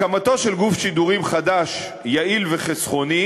הקמתו של גוף שידורים חדש, יעיל וחסכוני,